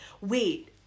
wait